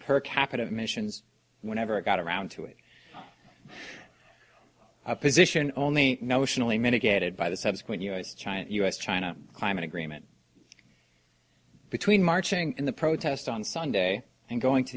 per capita emissions whenever it got around to it a position only notionally mitigated by the subsequent us china us china climate agreement between marching in the protest on sunday and going to